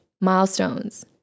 milestones